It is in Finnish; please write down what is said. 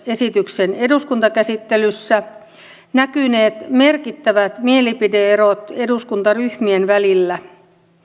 esityksen eduskuntakäsittelyssä näkyneet merkittävät mielipide erot eduskuntaryhmien välillä